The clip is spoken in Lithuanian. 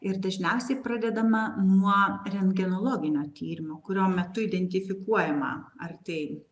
ir dažniausiai pradedama nuo rentgenologinio tyrimo kurio metu identifikuojama ar tai